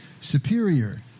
superior